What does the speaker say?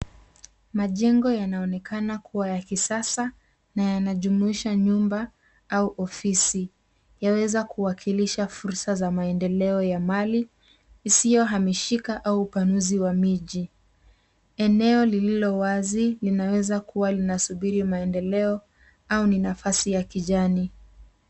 Majengo yanaonekana kuwa ya kisasa na yanajumuisha nyumba au ofisi. Yaweza kuwakilisha fursa za maendeleo ya mali isiyohamishika au upanuzi wa miji. Eneo lililowazi linaweza kuwa linasubiri maendeleo au ni nafasi ya kijani.